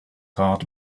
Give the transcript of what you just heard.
heart